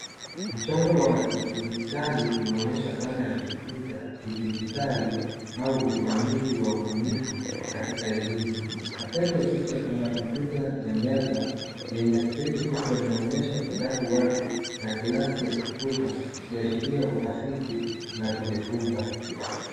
Mchoro wa kijiditali unaonyesha thana ya kujifunza kidijitali, au usimamizi wa ubinifu wa katika elimu. Katikati ya picha kuna kompyuta ya meza yenye skrini kubwa, inaonyesha kitabu wazi na glasi ya kukuza, ikiashiria utafiti na kujifunza.